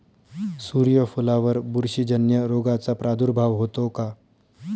सूर्यफुलावर बुरशीजन्य रोगाचा प्रादुर्भाव होतो का?